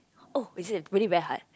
oh it is really very hard